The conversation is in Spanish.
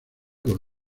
con